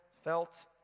felt